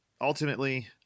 ultimately